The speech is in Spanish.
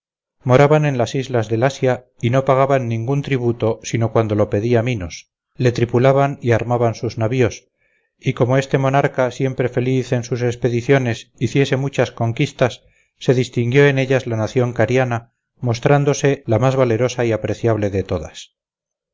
moraban en las islas del asia y no pagaban ningún tributo sino cuando lo pedía minos le tripulaban y armaban sus navíos y como este monarca siempre feliz en sus expediciones hiciese muchas conquistas se distinguió en ellas la nación cariana mostrándose la más valerosa y apreciable de todas